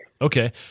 Okay